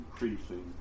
increasing